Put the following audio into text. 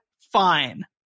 fine